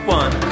one